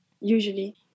usually